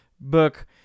book